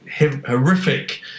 horrific